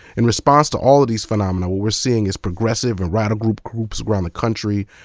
in response to all of these phenomena what we're seeing is progressive and radical groups groups around the country,